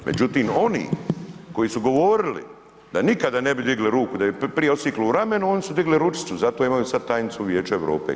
Međutim, oni koji su govorili da nikada ne bi digli ruku da bi je prije odsjekli u ramenu, oni su digli ručicu, zato imaju sada tajnicu Vijeća Europe.